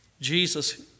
Jesus